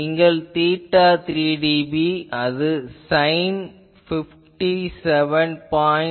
நீங்கள் θ3dB அது 57